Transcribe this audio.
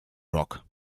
rock